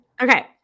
Okay